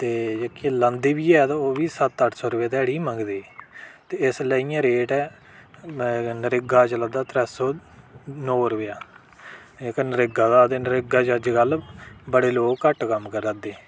ते जेह्की लांदी बी ऐ ते ओह्बी सत्त अठ सौ रूपया ध्याड़ी मंगदी ऐ इसलै इयां रेट ऐ नरेगा दा जेह्ड़ा चलारदा त्रै सौ नौ रुपेआ जेह्का नरेगा दा नरेगा दा अज कल बडे़ लोक घट्ट कम्म करा दे